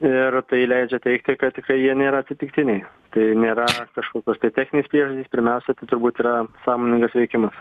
ir tai leidžia teigti kad tikrai jie nėra atsitiktiniai tai nėra kažkokios tai techninės priežastys pirmiausia tai turbūt yra sąmoningas veikimas